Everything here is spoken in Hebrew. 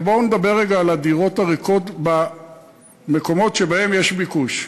ובואו נדבר רגע על הדירות הריקות במקומות שבהם יש ביקוש,